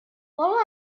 all